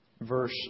Verse